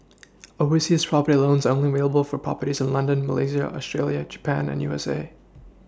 overseas property loans are only available for properties in London Malaysia Australia Japan and U S A